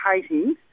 hating